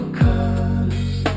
colors